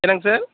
என்னங்க சார்